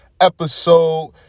episode